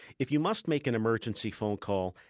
if you must make an emergency phone call,